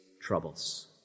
troubles